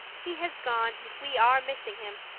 he has gone, and we are missing him!